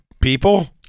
people